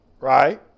right